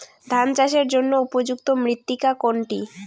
ধান চাষের জন্য উপযুক্ত মৃত্তিকা কোনটি?